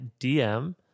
DM